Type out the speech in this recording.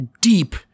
deep